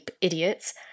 idiots